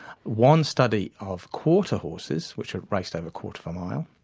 one study of quarter horses, which are raced over quarter of a mile,